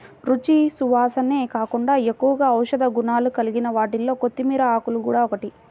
రుచి, సువాసనే కాకుండా ఎక్కువగా ఔషధ గుణాలు కలిగిన వాటిలో కొత్తిమీర ఆకులు గూడా ఒకటి